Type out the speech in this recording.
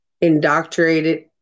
indoctrinated